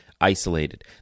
isolated